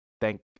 thank